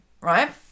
right